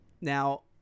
now